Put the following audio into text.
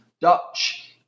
Dutch